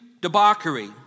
debauchery